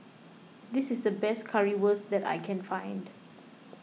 this is the best Currywurst that I can find